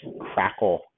crackle